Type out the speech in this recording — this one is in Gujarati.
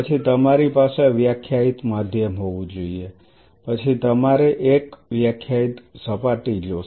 પછી તમારી પાસે વ્યાખ્યાયિત માધ્યમ હોવું જોઈએ પછી તમારે એક વ્યાખ્યાયિત સપાટી જોશે